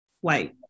white